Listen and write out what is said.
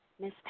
Miss